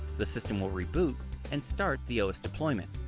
the system will reboot and start the os deployment.